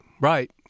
Right